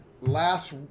last